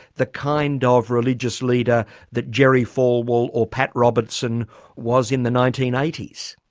the kind ah of religious leader that jerry falwell or pat robertson was in the nineteen eighty s.